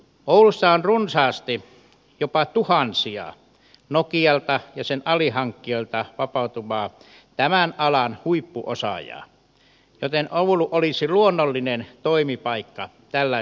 oulussa on runsaasti jopa tuhansia nokialta ja sen alihankkijoilta vapautuvia tämän alan huippuosaajia joten oulu olisi luonnollinen toimipaikka tällaisille yhtiöille